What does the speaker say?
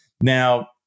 Now